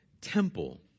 temple